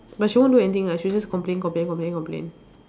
but she won't do anything lah she just complain complain complain complain